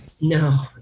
No